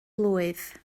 blwydd